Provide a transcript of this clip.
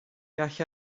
gall